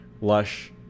lush